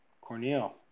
Cornel